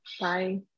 Bye